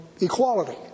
equality